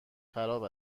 خراب